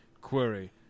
query